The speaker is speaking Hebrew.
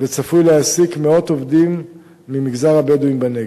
וצפוי להעסיק מאות עובדים ממגזר הבדואים בנגב.